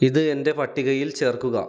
ഇത് എന്റെ പട്ടികയിൽ ചേർക്കുക